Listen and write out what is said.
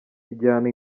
igihano